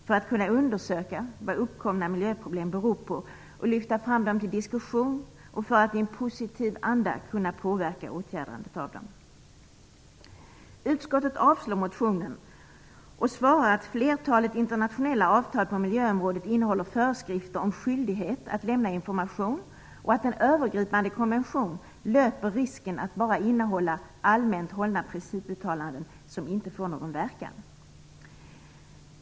Därigenom kan man undersöka vad uppkomna miljöproblem beror på och lyfta fram dem till diskussion för att man i en positiv anda skall kunna påverka åtgärderna. Utskottet avslår motionen med motiveringen att flertalet internationella avtal på miljöområdet innehåller föreskrifter om skyldighet att lämna information och att en övergripande konvention löper risken att bara innehålla allmänt hållna principuttalanden som inte får någon verkan.